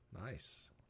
Nice